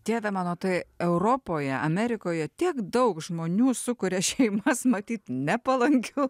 dieve mano tai europoje amerikoje tiek daug žmonių sukuria šeimas matyt nepalankiu